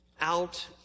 out